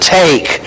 take